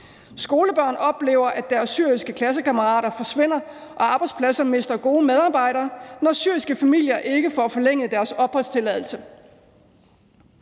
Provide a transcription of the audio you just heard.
Skolebørn oplever, at deres syriske klassekammerater forsvinder, og arbejdspladser mister gode medarbejdere, når syriske familier ikke får forlænget deres opholdstilladelse.